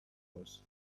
was